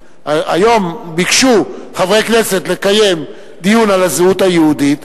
ביקשו חברי כנסת לקיים דיון על הזהות היהודית.